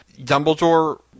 Dumbledore